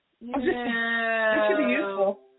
No